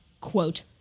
quote